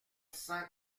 cent